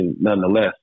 nonetheless